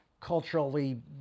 culturally